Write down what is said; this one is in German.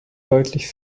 deutlich